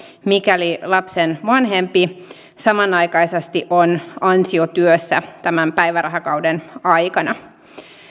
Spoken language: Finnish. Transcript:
mikäli lapsen vanhempi samanaikaisesti on ansiotyössä päivärahakauden aikana